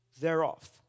thereof